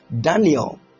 Daniel